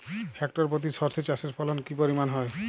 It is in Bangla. হেক্টর প্রতি সর্ষে চাষের ফলন কি পরিমাণ হয়?